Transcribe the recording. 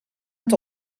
het